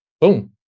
boom